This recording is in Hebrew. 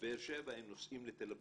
בבאר שבע הם נוסעים לתל אביב,